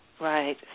Right